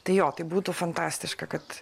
tai jo tai būtų fantastiška kad